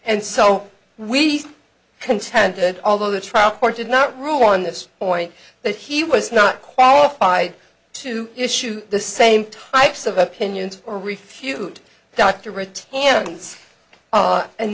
and so we contended although the trial court did not rule on this point that he was not qualified to issue the same types of opinions or refute doctorate hands and